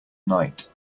night